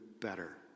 better